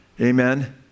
Amen